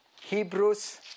Hebrews